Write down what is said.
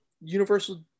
universal